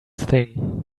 thing